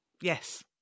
Yes